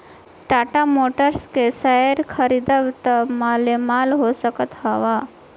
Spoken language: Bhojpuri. टाटा मोटर्स के शेयर खरीदबअ त मालामाल हो सकत हवअ